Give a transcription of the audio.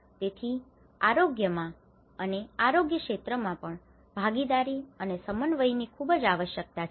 તેથી આરોગ્યમાં અને આરોગ્ય ક્ષેત્રમાં પણ ભાગીદારી અને સમન્વય ની ખુબજ આવશ્યકતા છે